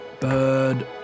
bird